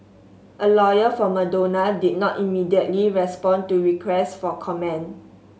a lawyer for Madonna did not immediately respond to requests for comment